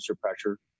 pressure